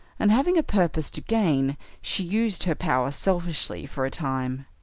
and, having a purpose to gain, she used her power selfishly, for a time.